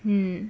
mm